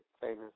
famous